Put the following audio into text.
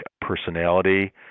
personality